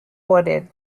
wooded